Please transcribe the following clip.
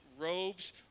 robes